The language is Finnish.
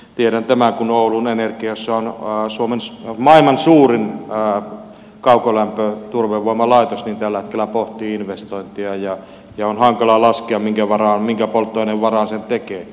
tiedän tämän kun oulun energiassa on maailman suurin kaukolämpöturvevoimalaitos joka tällä hetkellä pohtii investointeja ja on hankala laskea minkä polttoaineen varaan mikä on toinen vaara on sen tekee